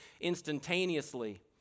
instantaneously